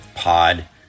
pod